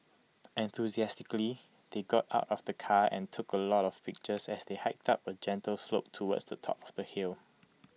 enthusiastically they got out of the car and took A lot of pictures as they hiked up A gentle slope towards the top of the hill